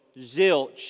zilch